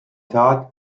tat